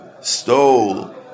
stole